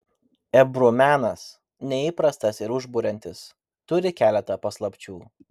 ebru menas neįprastas ir užburiantis turi keletą paslapčių